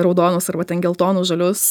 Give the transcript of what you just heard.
raudonus arba ten geltonus žalius